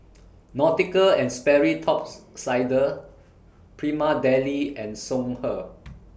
Nautica and Sperry Tops Sider Prima Deli and Songhe